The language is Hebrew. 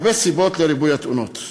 יש הרבה סיבות לריבוי התאונות: